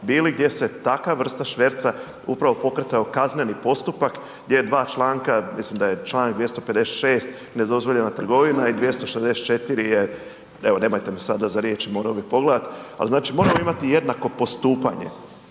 bili gdje se takva vrsta šverca upravo pokretao kazneni postupak gdje je 2 čl., mislim da je čl. 256. nedozvoljena trgovina i 264. je, evo nemojte me sada za riječ, morao bih pogledati, ali znači moramo imati jednako postupanje.